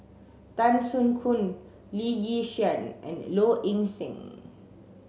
Tan Soo Khoon Lee Yi Shyan and Low Ing Sing